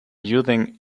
using